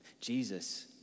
Jesus